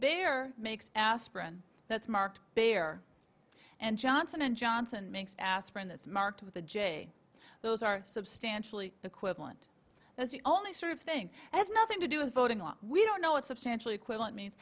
are makes aspirin that's marked bare and johnson and johnson makes aspirin that's marked with a j those are substantially equivalent that's the only sort of thing has nothing to do with voting on we don't know what substantially equivalent me